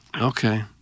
Okay